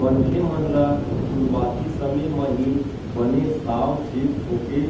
मनखे मन ल सुरुवाती समे म ही बने साव चेत होके